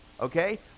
okay